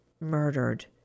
murdered